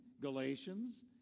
Galatians